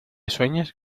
sueñes